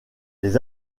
les